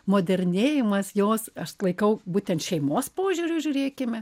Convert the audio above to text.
modernėjimas jos aš laikau būtent šeimos požiūriu žiūrėkime